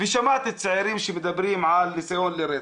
ושמעתי צעירים שמדברים על ניסיון לרצח,